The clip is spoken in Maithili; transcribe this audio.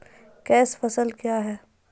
कैश फसल क्या हैं?